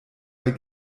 bei